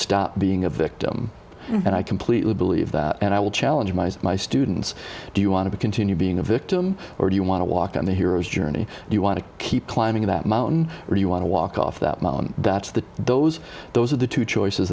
stop being a victim and i completely believe that and i will challenge my students do you want to continue being a victim or do you want to walk on the hero's journey you want to keep climbing that mountain or you want to walk off that mountain that's the those those are the two choices